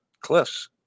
cliffs